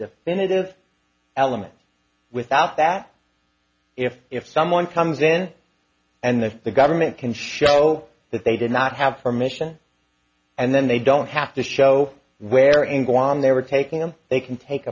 definitive element without that if if someone comes in and then the government can show that they did not have permission and then they don't have to show where in guam they were taking him they can take